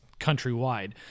countrywide